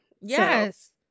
Yes